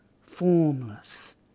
formless